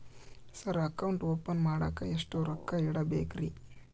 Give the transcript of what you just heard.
Sir account open ಮಾಡಾಕ ಎಷ್ಟು ರೊಕ್ಕ ಇಡಬೇಕ್ರಿ?